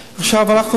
היה כינוס של יומיים,